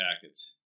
packets